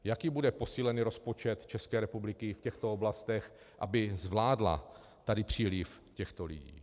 Jaký bude posílený rozpočet České republiky v těchto oblastech, aby zvládla příliv těchto lidí?